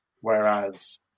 Whereas